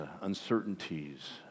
uncertainties